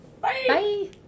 Bye